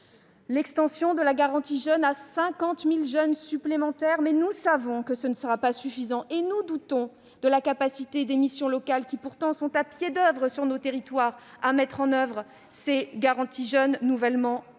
l'extension de la garantie jeunes à 50 000 jeunes supplémentaires, mais nous savons que cela ne sera pas suffisant. Par ailleurs, nous doutons de la capacité des missions locales, qui sont pourtant à pied d'oeuvre dans nos territoires, à mettre en oeuvre ces garanties nouvellement budgétées.